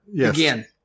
again